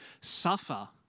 suffer